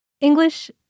English